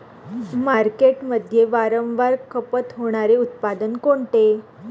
मार्केटमध्ये वारंवार खपत होणारे उत्पादन कोणते?